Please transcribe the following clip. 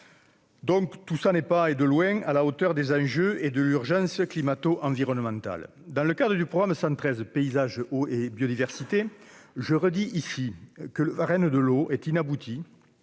2 %. Tout cela n'est pas, et de loin, à la hauteur des enjeux et de l'urgence climato-environnementale. Dans le cadre du programme 113, « Paysages, eau et biodiversité », je redis que le Varenne de l'eau est inabouti